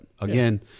again